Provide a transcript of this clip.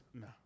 No